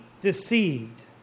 deceived